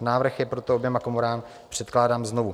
Návrh je proto oběma komorám předkládán znovu.